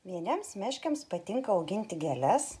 vieniems meškiams patinka auginti gėles